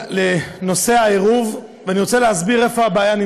בנושא העירוב, ואני רוצה להסביר מה הבעיה.